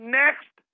next